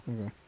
Okay